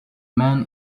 man